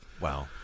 Wow